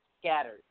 scattered